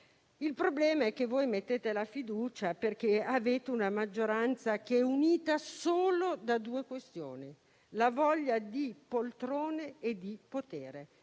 Il problema è che voi mettete la fiducia perché avete una maggioranza unita solo da due questioni: la voglia di poltrone e di potere,